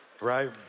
right